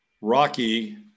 Rocky